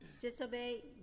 disobey